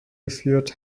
geführt